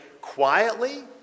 quietly